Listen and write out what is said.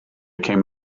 came